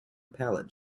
pallet